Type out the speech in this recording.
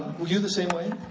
were you the same way?